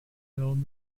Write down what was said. filled